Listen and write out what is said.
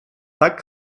tak